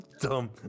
dumb